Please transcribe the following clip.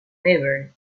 maybury